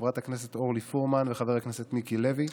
חברת הכנסת אורלי פרומן וחבר הכנסת מיקי לוי,